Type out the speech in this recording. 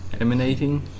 emanating